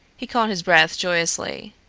he caught his breath joyously.